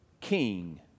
king